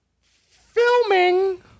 filming